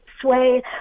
Sway